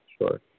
Sure